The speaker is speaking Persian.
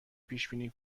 پیشبینی